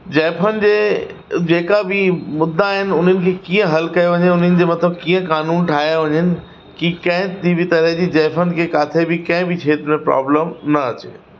ज़ाइफ़ुनि जे जेका बि मुद्दा आहिनि उन्हनि जी कीअं हलु कयो वञे उनजो मतिलबु कीअं क़ानून ठाहिया वञनि की कंहिं बि तरह जी ज़ाइफ़ुनि खे किथे बि कंहिं बि क्षेत्र में प्रोब्लम्स न अचे